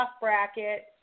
bracket